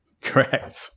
Correct